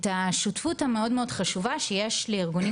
את השותפות המאוד מאוד חשובה שיש לארגונים,